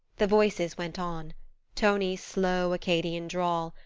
the voices went on tonie's slow, acadian drawl,